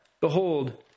Behold